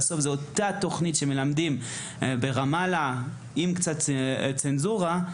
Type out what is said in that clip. זו אותה התוכנית שמלמדים ברמאללה, עם קצת צנזורה.